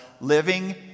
living